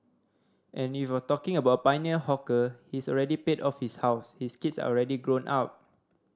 and if you're talking about pioneer hawker he's already paid off his house his kids are already grown up